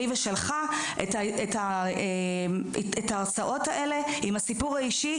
ושלך את ההרצאות האלה עם הסיפור האישי.